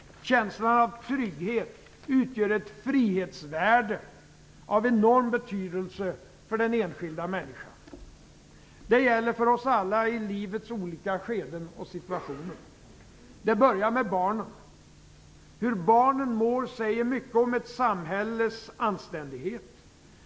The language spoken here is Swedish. Känslan av trygghet utgör ett frihetsvärde av enorm betydelse för den enskilda människan. Det gäller för oss alla, i livets olika skeden och situationer: - Det börjar med barnen. Hur barnen mår säger mycket om ett samhälles anständighet.